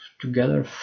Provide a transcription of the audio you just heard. together